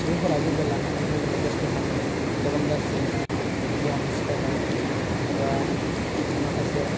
सुबुंफोरा मबेल लानानै मबेलाव बेस्ट थानानै गोबां गाज्रि गियान सिखायनाइ एबा माखासे